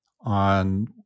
on